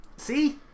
See